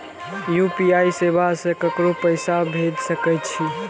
UPI सेवा से ककरो पैसा भेज सके छी?